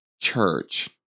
church